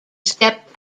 step